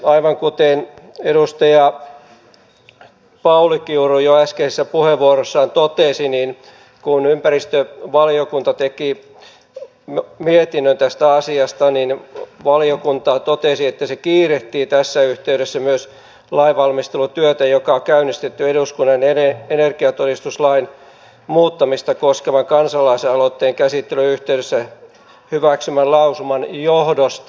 aivan kuten edustaja pauli kiuru jo äskeisessä puheenvuorossaan totesi niin kun ympäristövaliokunta teki mietinnön tästä asiasta valiokunta totesi että se kiirehtii tässä yhteydessä myös lainvalmistelutyötä joka on käynnistetty energiatodistuslain muuttamista koskevan kansalaisaloitteen käsittelyn yhteydessä eduskunnan hyväksymän lausuman johdosta